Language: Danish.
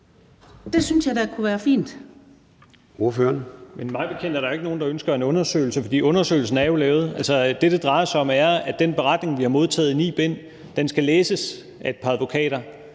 Det synes jeg da kunne være fint.